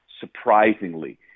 surprisingly